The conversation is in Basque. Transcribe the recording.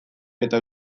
eta